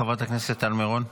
חברת הכנסת טל מירון.